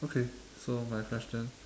okay so my question